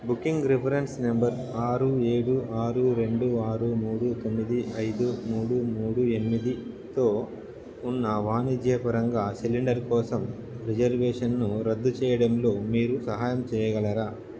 booking reference number ఆరు ఏడు ఆరు రెండు ఆరు మూడు తొమ్మిది ఐదు మూడు మూడు ఎనిమిది తో ఉన్న వాణిజ్యపరంగా సిలిండర్ కోసం రిజర్వేషన్ను రద్దు చేయడంలో మీరు సహాయం చేయగలరా